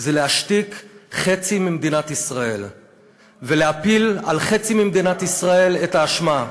זה להשתיק חצי ממדינת ישראל ולהפיל על חצי ממדינת ישראל את האשמה.